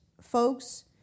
folks